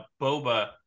Boba